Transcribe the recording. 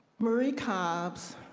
marie cob,